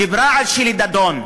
דיברה על שלי דדון.